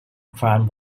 crime